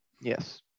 Yes